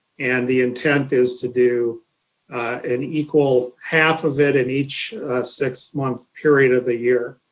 and the intent is to do an equal half of it in each six-month period of the year.